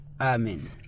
Amen